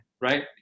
right